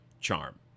charm